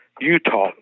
Utah